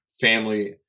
family